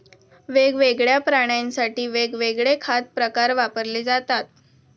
वेगवेगळ्या प्राण्यांसाठी वेगवेगळे खाद्य प्रकार वापरले जातात